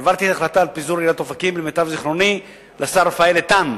העברתי את ההחלטה על פיזור עיריית אופקים לשר רפי איתן,